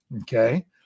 Okay